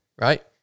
right